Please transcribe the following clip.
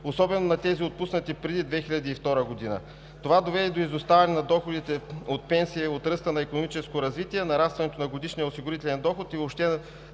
особено на отпуснатите преди 2002 г. Това доведе до изоставане на доходите от пенсии от ръста на икономическо развитие, от нарастването на годишния осигурителен доход и въобще